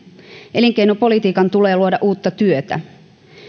elinkeinopolitiikan tulee luoda uutta työtä